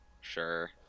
sure